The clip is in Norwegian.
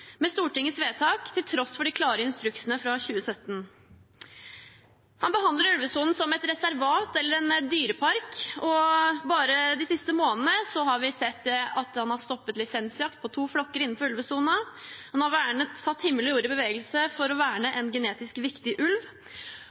med Stortingets vedtak, til tross for de klare instruksene fra 2017. Han behandler ulvesonen som et reservat eller en dyrepark. Bare de siste månedene har vi sett at han har stoppet lisensjakt på to flokker innenfor ulvesonen, og han har satt himmel og jord i bevegelse for å verne en genetisk viktig ulv.